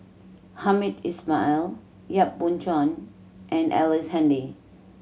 Hamed Ismail Yap Boon Chuan and Ellice Handy